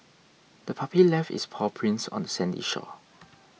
the puppy left its paw prints on the sandy shore